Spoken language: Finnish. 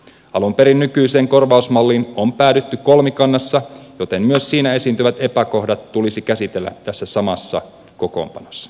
alun perin nykyiseen korvausmalliin on päädytty kolmikannassa joten myös siinä esiintyvät epäkohdat tulisi käsitellä tässä samassa kokoonpanossa